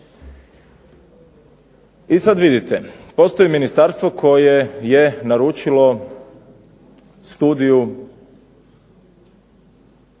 I sada vidite, postoji ministarstvo koje je naručilo studiju